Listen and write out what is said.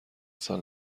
سال